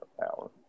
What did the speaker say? power